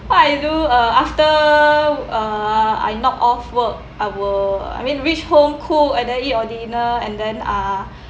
I do uh after uh I knocked off work I will I mean reach home cool and then eat your dinner and then ah